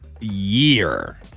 year